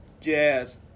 Jazz